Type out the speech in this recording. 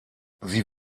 sie